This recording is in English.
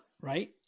Right